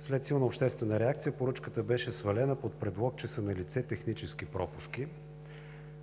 След силна обществена реакция поръчката беше свалена под предлог, че са налице технически пропуски.